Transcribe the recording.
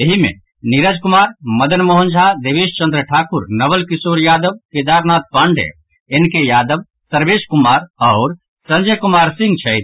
एहि मे Neeraj Kumar Madan Mohan Jha Devesh Chandra Thakur Naval Kishore Yadav Kedarnath Pandey N K Yadav Sarvesh Kumar आओर संजय कुमार सिंह छथि